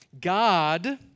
God